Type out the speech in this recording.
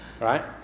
Right